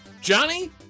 Johnny